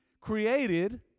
created